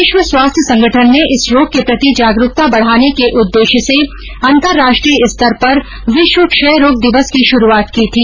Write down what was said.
विश्व स्वास्थ्य संगठन ने इस रोग के प्रति जागरूकता बढाने के उददेश्य से अंतर्राष्ट्रीय स्तर पर विश्व क्षय रोग दिवस की शुरूआत की थी